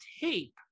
tape